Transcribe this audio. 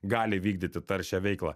gali vykdyti taršią veiklą